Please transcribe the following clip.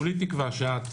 כולי תקווה שאת,